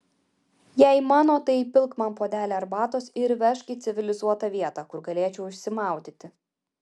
jei mano tai įpilk man puodelį arbatos ir vežk į civilizuotą vietą kur galėčiau išsimaudyti